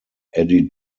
eddie